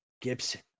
Gibson